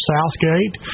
Southgate